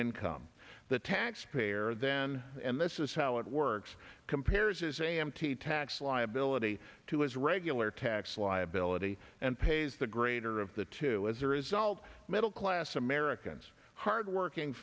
income the tax payer then and this is how it works compares his a m t tax liability to his regular tax liability and pays the greater of the two as a result middle class americans hard working